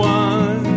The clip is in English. one